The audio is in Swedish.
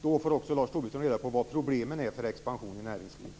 Då får också Lars Tobisson reda på vad problemen är för expansion i näringslivet.